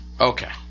Okay